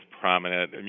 prominent